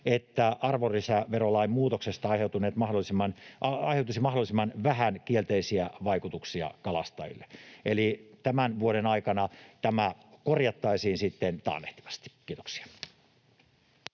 että arvonlisäverolain muutoksesta aiheutuisi mahdollisimman vähän kielteisiä vaikutuksia kalastajille. Eli tämän vuoden aikana tämä korjattaisiin taannehtivasti. — Kiitoksia.